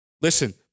Listen